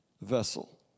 vessel